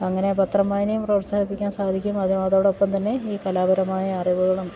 അങ്ങനെ പത്രം വായനയും പ്രോത്സാഹിപ്പിക്കാൻ സാധിക്കും അത് അതോടൊപ്പം തന്നെ ഈ കലാപരമായ അറിവുകളും